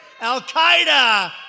Al-Qaeda